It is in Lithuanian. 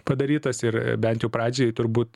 padarytas ir bent jau pradžiai turbūt